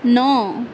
نو